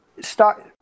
Start